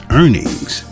earnings